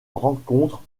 rencontre